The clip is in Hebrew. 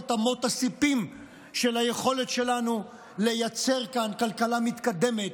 את אמות הסיפים של היכולת שלנו לייצר כאן כלכלה מתקדמת,